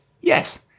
Yes